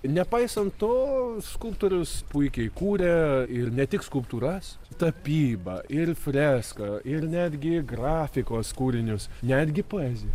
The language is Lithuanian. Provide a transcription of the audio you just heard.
nepaisant to skulptorius puikiai kūrė ir ne tik skulptūras tapybą ir freską ir netgi grafikos kūrinius netgi poeziją